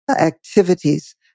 activities